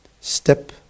step